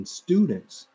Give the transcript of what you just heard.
students